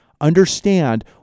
understand